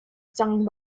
stung